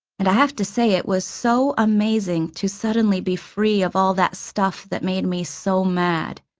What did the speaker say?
and i have to say it was so amazing to suddenly be free of all that stuff that made me so mad.